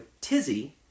tizzy